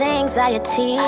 anxiety